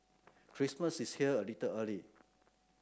Christmas is here a little early